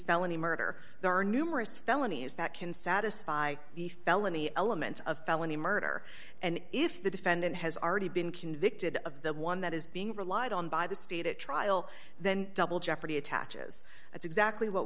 felony murder there are numerous felonies that can satisfy the felony elements of felony murder and if the defendant has already been convicted of the one that is being relied on by the state at trial then double jeopardy attaches that's exactly what